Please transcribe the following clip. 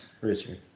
Richard